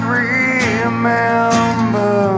remember